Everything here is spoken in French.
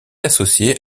associé